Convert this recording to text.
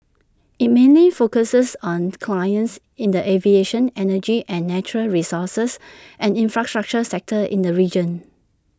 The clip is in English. IT mainly focuses on clients in the aviation energy and natural resources and infrastructure sectors in the region